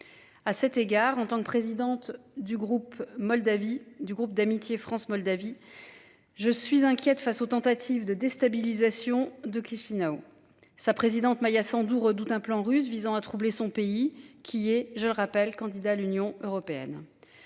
À cet égard en tant que présidente du groupe Moldavie du groupe d'amitié France-Moldavie. Je suis inquiète face aux tentatives de déstabilisation de Krishna ou sa présidente Maya Sandu redoute un plan russe visant à troubler son pays qui est, je le rappelle, candidat à l'Union européenne.